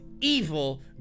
evil